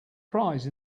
prize